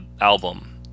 album